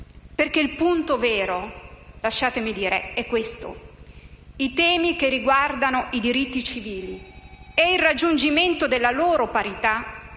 Perché il punto vero - lasciatemi dire - è questo: i temi che riguardano i diritti civili e il raggiungimento della loro parità